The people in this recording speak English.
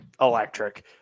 electric